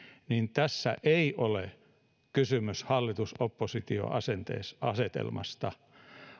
niin tässä ei ole kysymys hallitus oppositio asetelmasta asetelmasta